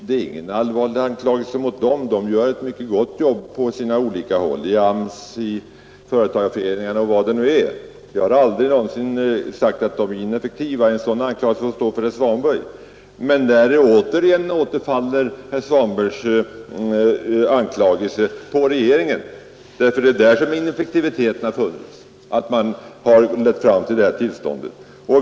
Det är ingen allvarlig anklagelse mot dem — de gör ett mycket gott jobb på olika håll: i AMS, i företagarföreningarna och var det än är. Jag har aldrig någonsin sagt att de är ineffektiva. En sådan anklagelse får stå för herr Svanberg. Men där återfaller herr Svanbergs anklagelser återigen på regeringen, för det är där ineffektiviteten har funnits som lett fram till det här tillståndet.